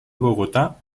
bogotá